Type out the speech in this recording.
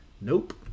nope